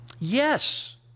Yes